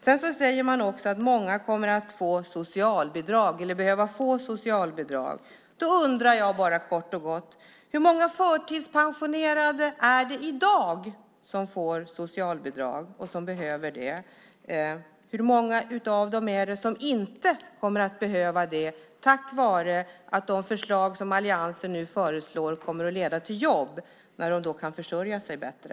Sedan sägs det också att många kommer att behöva få socialbidrag. Då undrar jag kort och gott: Hur många förtidspensionerade är det i dag som behöver få socialbidrag? Hur många av dem är det som inte kommer att behöva det tack vare att de förslag som alliansen nu lägger fram kommer att leda till jobb så att de kan försörja sig bättre?